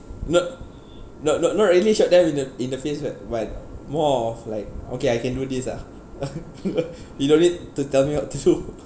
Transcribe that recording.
not not not not really shot them in the in the face but but more of like okay I can do this lah you don't need to tell me what to do